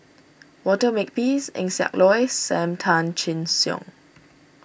Walter Makepeace Eng Siak Loy Sam Tan Chin Siong